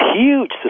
huge